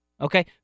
Okay